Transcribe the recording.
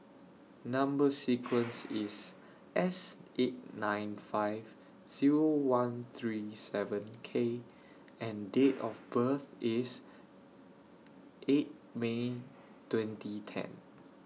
Number sequence IS S eight nine five Zero one three seven K and Date of birth IS eight May twenty ten